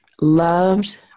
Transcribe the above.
loved